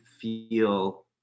feel